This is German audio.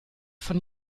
von